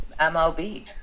MLB